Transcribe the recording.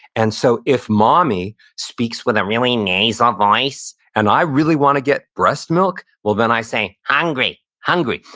and so if mommy speaks with a really nasal voice and i really want to get breast milk, well, then i say, hungry, hungry.